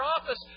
office